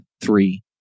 three